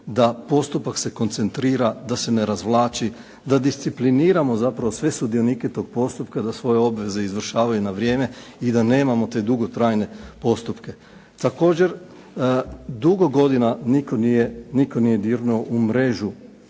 da postupak se koncentrira, da se ne razvlači, da discipliniramo zapravo sve sudionike tog postupka da svoje obveze izvršavanju na vrijeme i da nemamo te dugotrajne postupke. Također dugo godina nitko nije dirnuo u mrežu